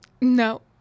No